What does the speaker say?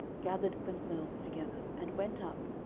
gathered themselves together, and went up,